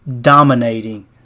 dominating